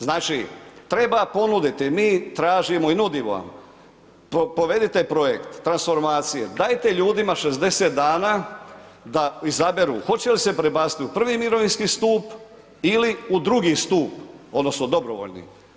Znači treba ponuditi, mi tražimo i nudimo vam, povedite projekt transformacije, dajte ljudima 60 dana da izaberu hoće li se prebaciti u prvi mirovinski stup ili u drugi stup, odnosno dobrovoljni.